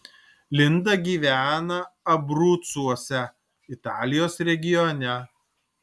linda gyvena abrucuose italijos regione